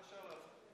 אפשר להצביע.